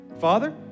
Father